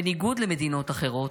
בניגוד למדינות אחרות,